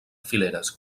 fileres